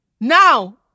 Now